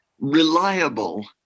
Reliable